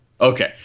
Okay